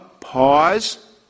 Pause